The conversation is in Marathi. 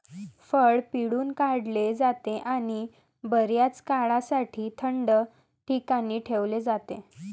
फळ पिळून काढले जाते आणि बर्याच काळासाठी थंड ठिकाणी ठेवले जाते